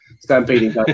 stampeding